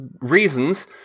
reasons